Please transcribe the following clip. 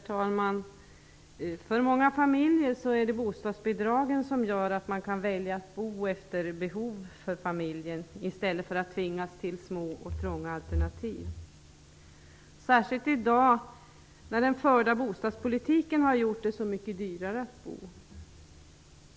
Herr talman! För många familjer är det bostadsbidragen som gör att man kan välja att bo efter de behov man har i familjen i stället för att tvingas till små och trånga alternativ. Det gäller särskilt i dag när den förda bostadspolitiken har gjort det så mycket dyrare att bo.